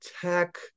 tech